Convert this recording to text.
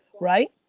right?